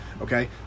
Okay